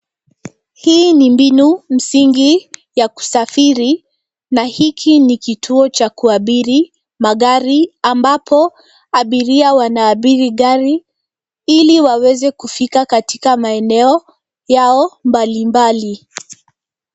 Hii ni mbinu msingi ya kusafiri, na hiki ni kituo cha kuabiri magari ambapo abiria wanaabiri gari ili waweze kufika katika maeneo yao mbalimbali.